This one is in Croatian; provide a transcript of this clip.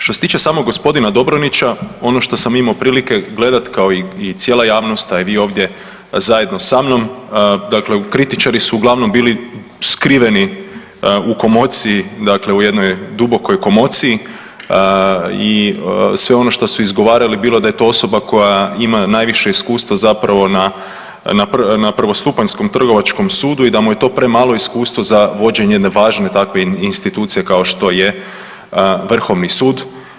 Što se tiče samog g. Dobronića ono što sam imao prilike gleda kao i cijela javnost, a vi ovdje zajedno sa mnom dakle kritičari su uglavnom bili skriveni u komociji, dakle u jednoj dubokoj komociji i sve ono što su izgovarali bilo da je to osoba koja ima najviše iskustva zapravo na prvostupanjskom Trgovačkom sudu i da mu je to premalo iskustvo za vođenje jedne važne takve institucije kao što je Vrhovni sud.